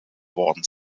worden